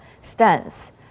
stance